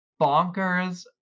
bonkers